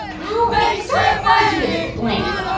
well, it's sort of hard to explain.